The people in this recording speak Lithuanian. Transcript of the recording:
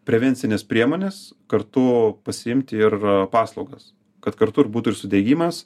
prevencines priemones kartu pasiimti ir paslaugas kad kartu ir būtų ir sudiegimas